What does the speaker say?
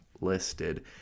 listed